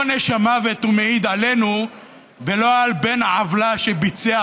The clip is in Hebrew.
עונש המוות מעיד עלינו ולא על בן עוולה שביצע,